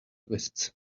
twists